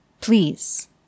Please